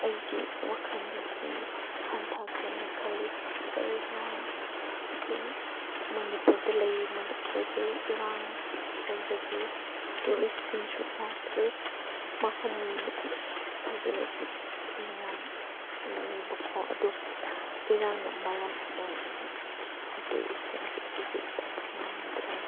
ꯑꯩꯒꯤ ꯋꯥꯈꯜꯗꯗꯤ ꯍꯟꯊꯈ꯭ꯔꯦꯅ ꯈꯜꯂꯤ ꯀꯔꯤꯒꯤꯔꯥ ꯍꯥꯏꯔꯗꯤ ꯑꯩꯈꯣꯏ ꯃꯅꯤꯄꯨꯔꯗ ꯃꯅꯤꯄꯨꯔꯁꯦ ꯏꯔꯥꯡ ꯂꯩꯕꯒꯤ ꯇꯨꯔꯤꯁꯁꯤꯡꯁꯨ ꯂꯥꯛꯇ꯭ꯔꯦ ꯃꯐꯝꯕꯨꯗꯤ ꯐꯖꯕ ꯐꯖꯕ ꯃꯌꯥꯝ ꯂꯩꯌꯦꯕꯀꯣ ꯑꯗꯨ ꯏꯔꯥꯡꯅ ꯃꯔꯝ ꯑꯣꯏꯔꯒ ꯇꯨꯔꯤꯁꯁꯤꯡꯁꯨ ꯍꯧꯖꯤꯛ ꯊꯣꯛꯄ ꯉꯝꯗ꯭ꯔꯦ